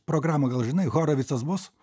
programą gal žinai horovicas bus